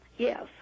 Yes